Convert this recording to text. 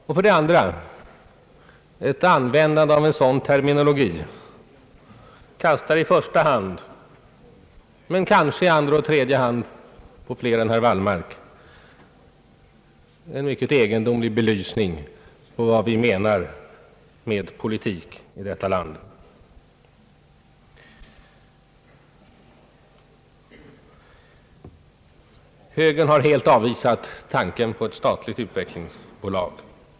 Vidare ger användningen av en sådan terminologi — kanske inte i första hand men i andra och tredje hand — en mycket egendomlig belysning åt fler än herr Wallmark då det gäller uppfattningen om vad vi menar med politik i detta land. Högern har helt avvisat tanken på ett statligt utvecklingsbolag.